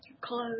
clothes